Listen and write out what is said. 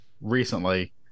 recently